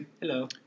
Hello